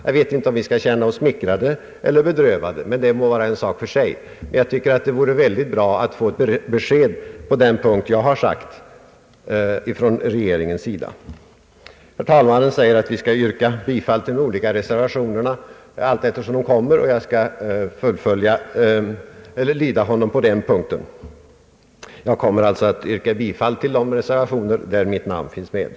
Jag vet inte om vi skall känna oss smickrade eller bedrövade — det vore i alla fall bra att få ett besked från regeringens sida på den punkt jag nämnde. Herr talmannen säger att vi skall yrka bifall till reservationerna allteftersom de kommer, och jag skall lyda honom på den punkten. Jag kommer alltså att yrka bifall till de reservationer där mitt namn finns med.